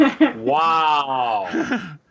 Wow